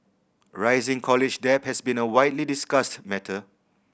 rising college debt has been a widely discussed matter